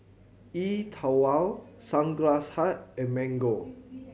E Twow Sunglass Hut and Mango